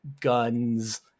guns